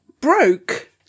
broke